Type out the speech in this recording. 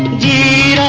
d.